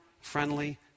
friendly